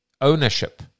ownership